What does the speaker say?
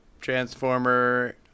transformer